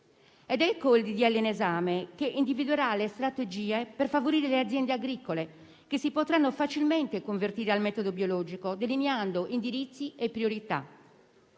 disegno di legge in esame individuerà le strategie per favorire le aziende agricole, che si potranno facilmente convertire al metodo biologico, delineando indirizzi e priorità